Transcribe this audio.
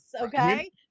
Okay